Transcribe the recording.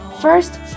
First